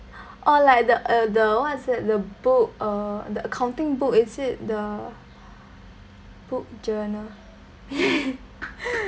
oh like the uh the what's that the book uh the accounting book is it the book journal